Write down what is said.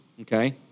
Okay